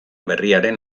berriaren